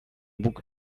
bóg